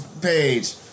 page